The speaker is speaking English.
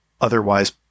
otherwise